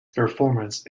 performance